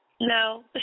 No